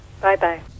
bye-bye